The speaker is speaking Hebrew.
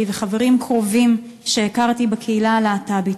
וחברים קרובים שהכרתי בקהילה הלהט"בית,